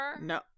no